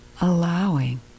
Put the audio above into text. allowing